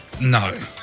no